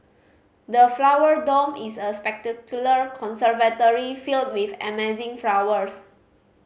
the Flower Dome is a spectacular conservatory filled with amazing flowers